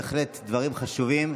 בהחלט דברים חשובים.